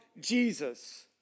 Jesus